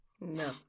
No